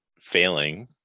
failing